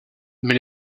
mais